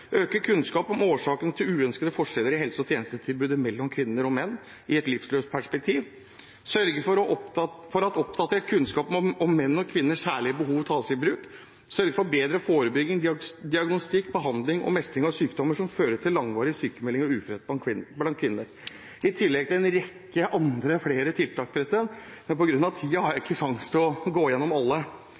øke kunnskap om årsaken til uønskete forskjeller i helse- og tjenestetilbudet mellom kvinner og menn i et livsløpsperspektiv, sørge for at oppdatert kunnskap om menns og kvinners særlige behov tas i bruk, sørge for bedre forebygging, diagnostikk, behandling og mestring av sykdommer som fører til langvarige sykemeldinger og uførhet blant kvinner – i tillegg til en rekke andre tiltak, men på grunn av tiden har jeg ikke sjanse til å gå gjennom alle.